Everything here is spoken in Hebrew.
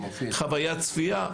חווית צפייה,